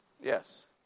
Yes